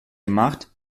gemacht